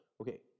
okay